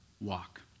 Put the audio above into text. walk